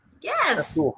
Yes